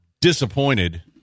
disappointed